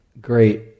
great